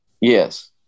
Yes